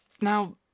Now